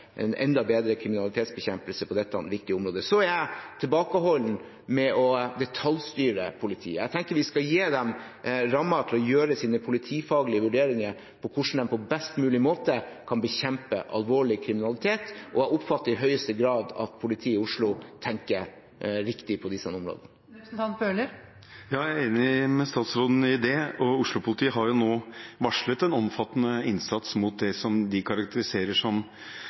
en enda bedre kriminalitetsbekjempelse på dette viktige området. Jeg er tilbakeholden med å detaljstyre politiet. Jeg tenker vi skal gi dem rammer til å gjøre sine politifaglige vurderinger av hvordan de på best mulig måte kan bekjempe alvorlig kriminalitet, og jeg oppfatter i høyeste grad at politiet i Oslo tenker riktig på disse områdene. Jeg er enig med statsråden i det. Oslo-politiet har jo nå varslet en omfattende innsats mot det de karakteriserer som